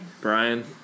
Brian